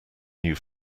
new